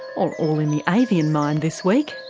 or. all in the avian mind this week,